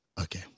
Okay